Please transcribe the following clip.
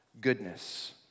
goodness